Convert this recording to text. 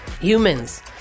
Humans